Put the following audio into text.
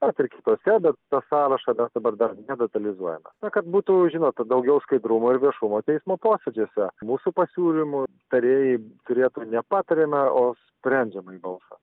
vat ir kitose bet tą sąrašą dar dabar dar nedetalizuojama kad būtų žinote daugiau skaidrumo ir viešumo teismo posėdžiuose mūsų pasiūlymų tarėjai turėtų nepatariamą o sprendžiamąjį balsą